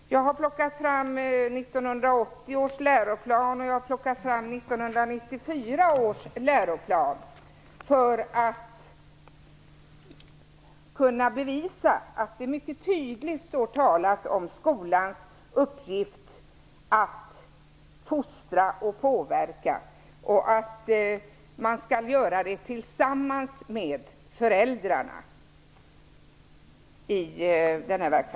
Jag har plockat fram 1980 års läroplan och 1994 års läroplan för att kunna bevisa att det mycket tydligt står talat om skolans uppgift att fostra och påverka. Man skall göra det tillsammans med föräldrarna.